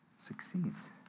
succeeds